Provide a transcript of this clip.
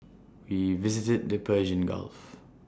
we visited the Persian gulf